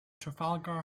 trafalgar